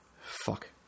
fuck